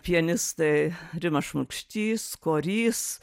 pianistai rimas šmulkštys korys